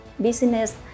business